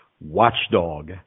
watchdog